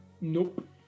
Nope